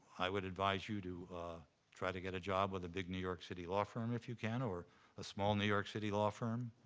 i would advise you to try to get a job with a big new york city law firm, if you can, or a small new york city law firm,